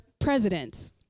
presidents